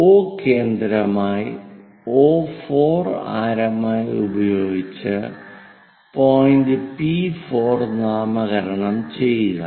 O കേന്ദ്രമായി O4 ആരമായി ഉപയോഗിച്ച് പോയിന്റ് P4 നാമകരണം ചെയ്യുക